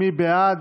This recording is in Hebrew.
בעד,